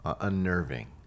unnerving